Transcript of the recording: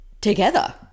together